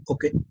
Okay